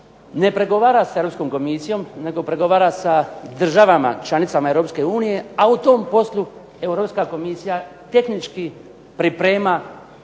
ne pregovara sa Europskom komisijom nego pregovara sa državama članicama Europske unije, a u tom poslu Europska komisija tehnički priprema